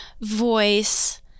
voice